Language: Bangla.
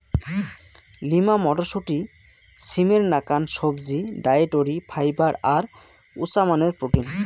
লিমা মটরশুঁটি, সিমের নাকান সবজি, ডায়েটরি ফাইবার আর উচামানের প্রোটিন